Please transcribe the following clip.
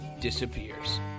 disappears